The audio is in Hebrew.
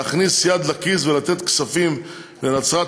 להכניס יד לכיס ולתת כספים לנצרת-עילית,